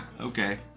Okay